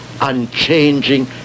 unchanging